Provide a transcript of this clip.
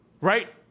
right